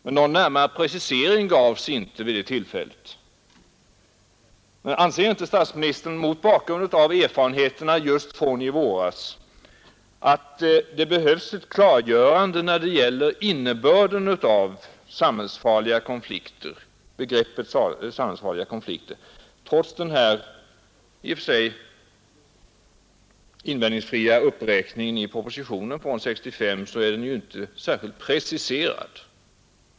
Men någon närmare precisering gavs inte vid det tillfället. Anser inte statsministern mot bakgrund av erfarenheterna från i väras att det behövs ett klargörande när det gäller innebörden av begreppet samhällsfarliga konflikter? Trots den i och för sig invändningsfria uppräkningen i propositionen fran ar 1965 är denna innebörd inte särskilt preciserad.